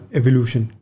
evolution